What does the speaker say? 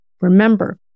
Remember